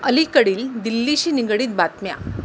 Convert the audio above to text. अलीकडील दिल्लीशी निगडीत बातम्या